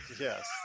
yes